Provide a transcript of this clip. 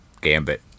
gambit